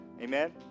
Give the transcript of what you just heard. amen